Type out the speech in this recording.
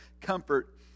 comfort